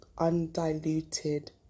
undiluted